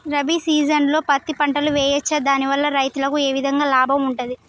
రబీ సీజన్లో పత్తి పంటలు వేయచ్చా దాని వల్ల రైతులకు ఏ విధంగా లాభం ఉంటది?